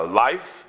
life